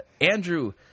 Andrew